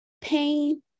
pain